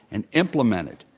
and implemented.